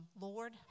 Lord